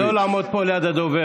חברי הכנסת, לא לעמוד פה ליד הדובר.